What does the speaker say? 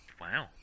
Wow